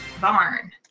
barn